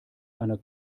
meiner